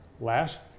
last